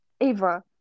Ava